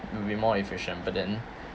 will be more efficient but then